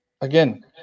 again